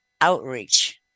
outreach